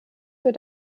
für